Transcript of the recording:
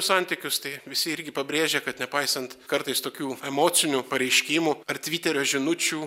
santykius tai visi irgi pabrėžia kad nepaisant kartais tokių emocinių pareiškimų ar tviterio žinučių